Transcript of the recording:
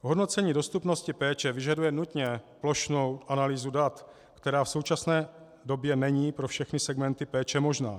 Hodnocení dostupnosti péče vyžaduje nutně plošnou analýzu dat, která v současné době není pro všechny segmenty péče možná.